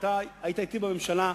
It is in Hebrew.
ואתה היית אתי בממשלה,